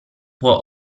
può